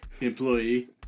Employee